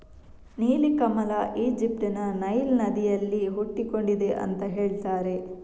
ನೀಲಿ ಕಮಲ ಈಜಿಪ್ಟ್ ನ ನೈಲ್ ನದಿಯಲ್ಲಿ ಹುಟ್ಟಿಕೊಂಡಿದೆ ಅಂತ ಹೇಳ್ತಾರೆ